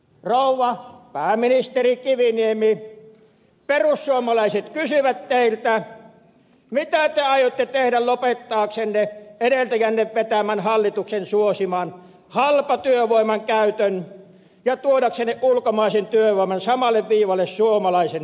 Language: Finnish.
rouva pääministeri kiviniemi perussuomalaiset kysyvät teiltä mitä te aiotte tehdä lopettaaksenne edeltäjänne vetämän hallituksen suosiman halpatyövoiman käytön ja tuodaksenne ulkomaisen työvoiman samalle viivalle suomalaisen työvoiman kanssa